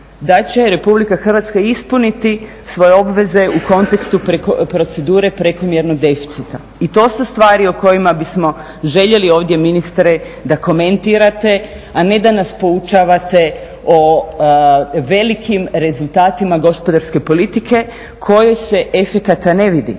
da će Republika Hrvatska ispuniti svoje obveze u kontekstu procedure prekomjernog deficita i to su stvari o kojima bismo željeli ovdje ministre da komentirate, a ne da nas poučavate o velikim rezultatima gospodarske politike kojih se efekata ne vidi